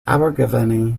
abergavenny